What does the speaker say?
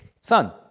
Son